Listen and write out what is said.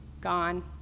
gone